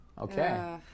Okay